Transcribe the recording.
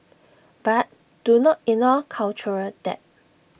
but do not ignore cultural debt